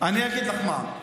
אני אגיד לך מה,